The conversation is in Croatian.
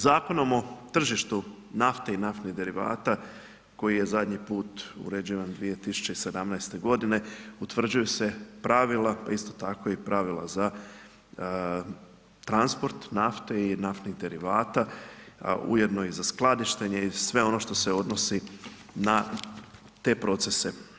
Zakonom o tržištu nafte i naftnih derivata koji je zadnji put uređivan 2017. godine utvrđuju se pravila pa isto tako i pravila za transport nafte i naftnih derivata a ujedno i za skladištenje i sve ono što se odnosi na te procese.